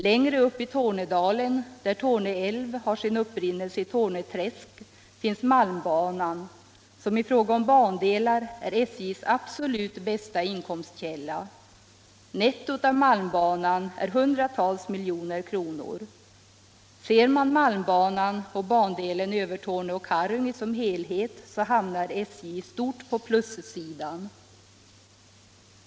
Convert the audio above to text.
Längre upp i Tornedalen —- där Torneälv har sin upprinnelse i Torneträsk — finns malmbanan, som i fråga om bandelar är SJ:s absolut bästa inkomstkälla. Nettot av malmbanan är hundratals miljoner kronor. Ser man malmbanan och bandelen Övertorneå-Karungi som helhet hamnar SJ i stort på plussidan.